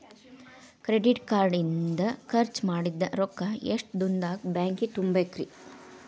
Credit card ಇಂದ್ ಖರ್ಚ್ ಮಾಡಿದ್ ರೊಕ್ಕಾ ಎಷ್ಟ ದಿನದಾಗ್ ಬ್ಯಾಂಕಿಗೆ ತುಂಬೇಕ್ರಿ?